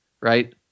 right